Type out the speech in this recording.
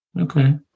okay